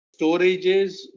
storages